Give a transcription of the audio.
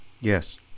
Yes